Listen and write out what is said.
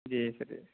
جی